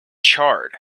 charred